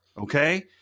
Okay